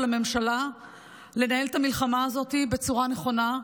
הממשלה לנהל את המלחמה הזאת בצורה נכונה,